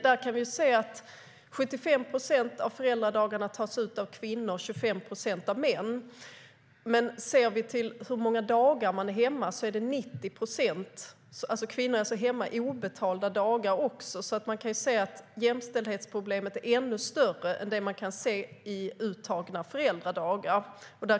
Vi kan se att 75 procent av föräldradagarna tas ut av kvinnor och att 25 procent tas ut av män. Men vi kan också se hur många dagar man är hemma. Då handlar det om 90 procent. Kvinnor är alltså hemma också obetalda dagar. Man kan alltså se att jämställdhetsproblemet är ännu större än det man kan se i fråga om uttagna föräldradagar.